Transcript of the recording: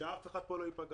שאף אחד כאן לא ייפגע.